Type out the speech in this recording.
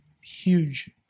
huge